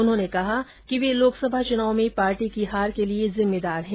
उन्होंने कहा है कि वे लोकसभा चुनाव में पार्टी की हार के लिए जिम्मेदार है